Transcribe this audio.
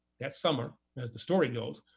that summer, as the story goes,